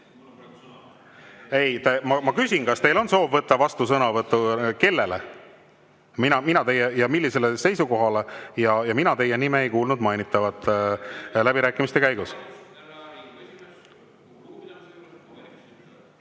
Ei, ma küsin, kas teil on soov vastusõnavõtuks. Kellele ja millisele seisukohale? Mina teie nime ei kuulnud mainitavat läbirääkimiste käigus.